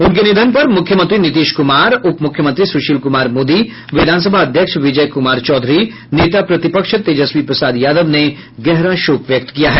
उनके निधन पर मुख्यमंत्री नीतीश कुमार उप मुख्यमंत्री सुशील कुमार मोदी विधानसभा अध्यक्ष विजय कुमार चौधरी नेता प्रतिपक्ष तेजस्वी प्रसाद यादव ने गहरा शोक व्यक्त किया है